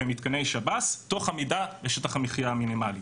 במתקני שב"ס תוך עמידה בשטח המחיה המינימלי.